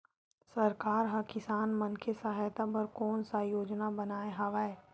सरकार हा किसान मन के सहायता बर कोन सा योजना बनाए हवाये?